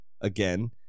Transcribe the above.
again